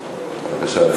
בבקשה.